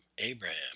Abraham